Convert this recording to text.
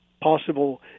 possible